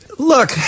Look